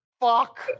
fuck